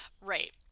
Right